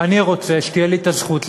אני רוצה שתהיה לי הזכות להתנגד.